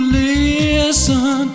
listen